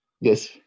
Yes